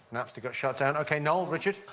napster got shut down. ok, noel, richard?